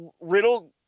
Riddle